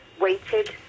waited